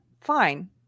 fine